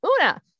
Una